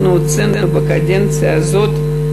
אנחנו הוצאנו בקדנציה הזאת,